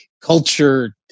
culture